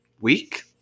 week